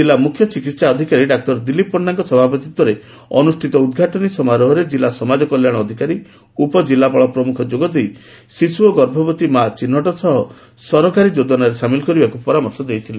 ଜିଲ୍ଲା ମୁଖ୍ୟ ଚିକିହା ଅଧିକାରୀ ଡାକ୍ତର ଦିଲୀପ ପଣ୍ଣାଙ୍କ ସଭାପତିତ୍ୱରେ ଅନୁଷିତ ଉଦ୍ଘାଟନୀ ସମାରୋହରେ ଜିଲ୍ଲା ସମାଜ କଲ୍ୟାଣ ଅଧିକାରୀ ଉପଜିଲ୍ଲାପାଳ ପ୍ରମୁଖ ଯୋଗ ଦେଇ ଶିଶୁ ଓ ଗଭଭବତୀ ମା' ଚିହ୍ଟ ସହ ସରକାରୀ ଯୋଜନାରେ ସାମିଲ୍ କରିବାକୁ ପରାମର୍ଶ ଦେଇଥିଲେ